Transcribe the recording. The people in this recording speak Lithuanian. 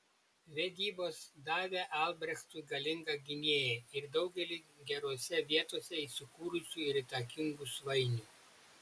vedybos davė albrechtui galingą gynėją ir daugelį gerose vietose įsikūrusių ir įtakingų svainių